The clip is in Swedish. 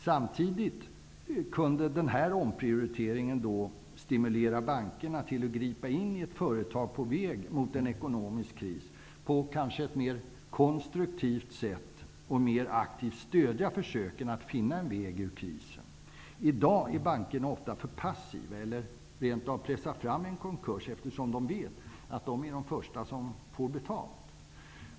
Samtidigt skulle den omprioriteringen kunna stimulera bankerna att på ett mer konstruktivt sätt gripa in i ett företag på väg mot ekonomisk kris och att mer aktivt stödja försöken att finna en väg ur krisen. I dag är bankerna ofta för passiva -- eller pressar rent av fram en konkurs -- eftersom de vet att de är de första som får betalt.